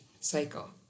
cycle